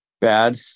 Bad